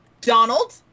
Donald